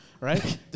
right